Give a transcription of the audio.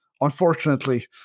unfortunately